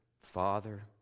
father